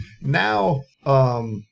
Now